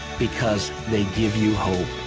because they give you hope.